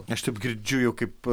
aš taip girdžiu jau kaip